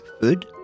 food